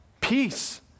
peace